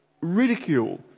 ridicule